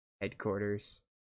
Headquarters